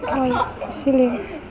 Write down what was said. اور اسی لیے